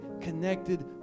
connected